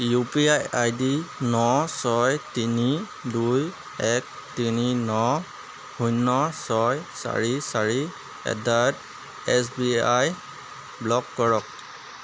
U P I I D ন ছয় তিনি দুই এক তিনি ন শূন্য ছয় চাৰি চাৰি at the rate S B I block কৰক